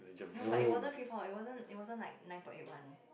no but it wasn't free fall it wasn't it wasn't like nine point eight one